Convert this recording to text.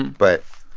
but,